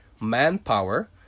manpower